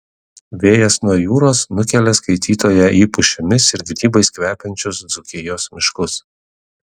vėjas nuo jūros nukelia skaitytoją į pušimis ir grybais kvepiančius dzūkijos miškus